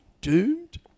doomed